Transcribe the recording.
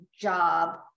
job